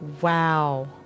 wow